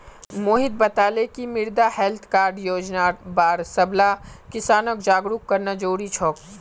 मोहित बताले कि मृदा हैल्थ कार्ड योजनार बार सबला किसानक जागरूक करना जरूरी छोक